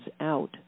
out